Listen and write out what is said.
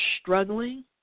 struggling